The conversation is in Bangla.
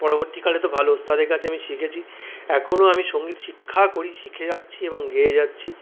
পরবর্তীকালে তো ভালো ওস্তাদের কাছে আমি শিখেছি এখনও আমি সঙ্গীত শিক্ষা করি শিখে যাচ্ছি এবং গেয়ে যাচ্ছি